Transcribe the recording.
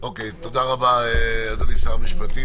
תודה רבה, אדוני שר המשפטים.